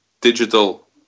digital